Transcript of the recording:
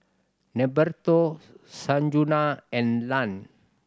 Norberto Sanjuana and Ian